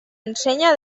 ensenya